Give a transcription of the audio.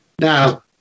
now